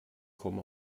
komme